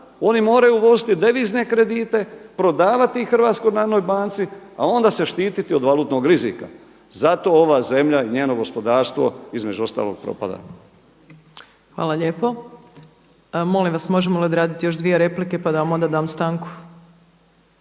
Oni moraju uvoziti devizne kredite, prodavati iz Hrvatskoj narodnoj banci, a onda se štititi od valutnog rizika. zato ova zemlja i njeno gospodarstvo između ostalo propada. **Opačić, Milanka (SDP)** Molim vas možemo li odraditi još dvije replike pa da vam onda dam stanku?